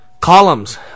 Columns